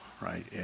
right